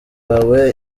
wawe